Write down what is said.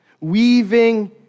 weaving